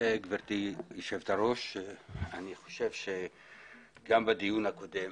גברתי יושבת הראש, אני חושב שגם בדיון הקודם